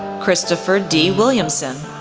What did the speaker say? christopher d. williamson,